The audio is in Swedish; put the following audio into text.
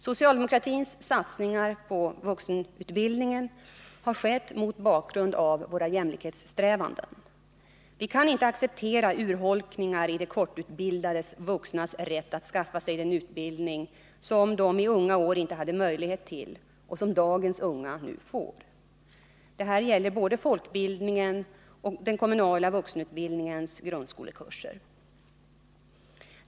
Socialdemokratins satsningar på vuxenutbildningen har skett mot bakgrund av våra jämlikhetssträvanden. Vi kan inte acceptera urholkningar i de kortutbildade vuxnas rätt att skaffa sig den utbildning som de i unga år inte hade möjlighet till och som dagens unga nu får. Detta gäller både folkbildningen och den kommunala vuxenutbildningens grundskolekurser.